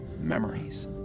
memories